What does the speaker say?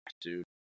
dude